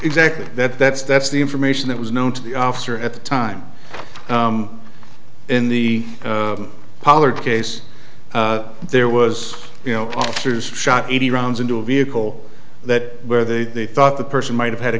exactly that that's that's the information that was known to the officer at the time in the pollard case there was you know officers shot eighty rounds into a vehicle that where they thought the person might have had a